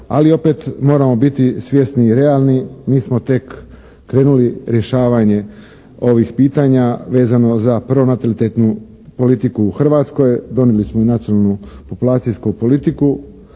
ali opet moramo biti svjesni i realni mi smo tek krenuli rješavanje ovih pitanja vezano za pronatalitetnu politiku u Hrvatskoj, donijeli smo i Nacionalnu populacijsku politiku,